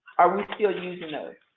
are we still using those?